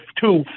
two